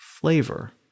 flavor